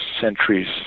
centuries